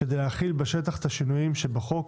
כדי להחיל בשטח את השינויים בחוק